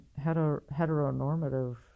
heteronormative